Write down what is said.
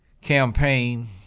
campaign